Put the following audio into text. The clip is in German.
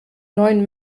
neuen